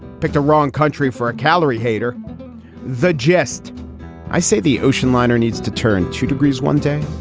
picked the wrong country for a calorie hater the jest i say the ocean liner needs to turn two degrees one day,